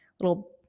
little